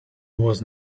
was